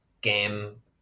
game